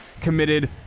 committed